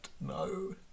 No